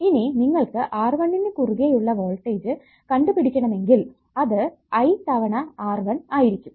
ഇനി നിങ്ങൾക്ക് R1 നു കുറുകെ ഉള്ള വോൾടേജ് കണ്ടുപിടിക്കണമെങ്കിൽ അത് I തവണ R1 ആയിരിക്കും